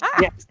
Yes